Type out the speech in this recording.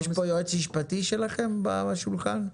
יש פה יועץ משפטי שלכם בשולחן?